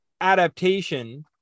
adaptation